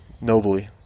nobly